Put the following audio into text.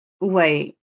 wait